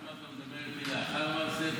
שם אתה מדבר איתי לאחר מעשה,